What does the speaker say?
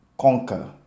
conquer